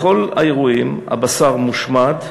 בכל האירועים הבשר מושמד,